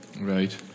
Right